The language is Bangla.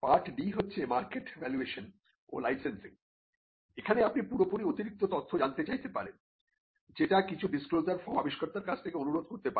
পার্ট D হচ্ছে মার্কেট ভ্যালুয়েশন ও লাইসেন্সিং এখানে আপনি পুরোপুরি অতিরিক্ত তথ্য জানতে চাইতে পারেন যেটা কিছু ডিসক্লোজার ফর্ম আবিষ্কর্তার কাছ থেকে অনুরোধ করতে পারে